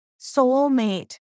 soulmate